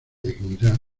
dignidad